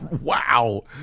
Wow